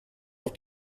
auf